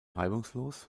reibungslos